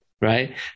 right